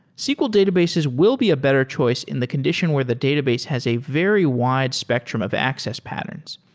sql databases will be a better choice in the condition where the database has a very wide spectrum of access patterns.